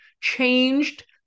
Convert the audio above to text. changed